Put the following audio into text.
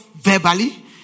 verbally